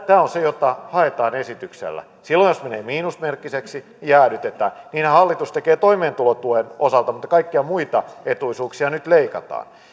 tämä on se mitä haetaan esityksellä silloin jos menee miinusmerkkiseksi jäädytetään niinhän hallitus tekee toimeentulotuen osalta mutta kaikkia muita etuisuuksia nyt leikataan